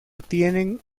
tiene